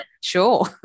Sure